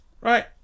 right